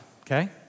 okay